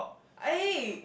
I